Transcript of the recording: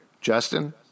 Justin